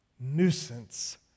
Nuisance